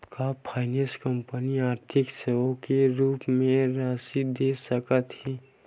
का finance company आर्थिक सेवा के रूप म राशि दे सकत हे?